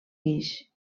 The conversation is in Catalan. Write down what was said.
guix